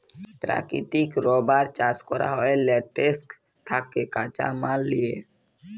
পেরাকিতিক রাবার চাষ ক্যরা হ্যয় ল্যাটেক্স থ্যাকে কাঁচা মাল লিয়ে